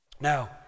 Now